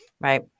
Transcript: right